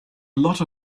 lot